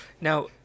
Now